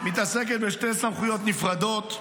עוסקת בשתי סמכויות נפרדות: